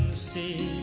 see